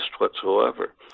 whatsoever